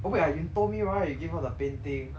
oh wait ah you told me right you give her the painting